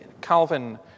Calvin